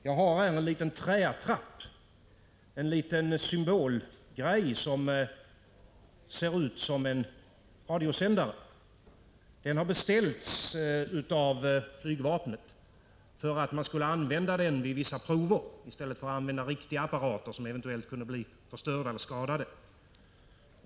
Jag har här en liten träattrapp, en liten symbolgrej som ser ut som en radiosändare. Den har beställts av flygvapnet för att man skulle använda den vid vissa prov i stället för riktiga apparater, som eventuellt kunde bli förstörda eller skadade.